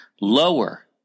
lower